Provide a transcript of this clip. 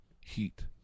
heat